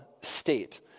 state